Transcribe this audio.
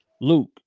Luke